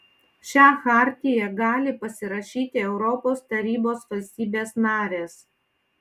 šią chartiją gali pasirašyti europos tarybos valstybės narės